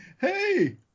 hey